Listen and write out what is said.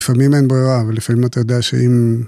לפעמים אין ברירה, ולפעמים אתה יודע שאם...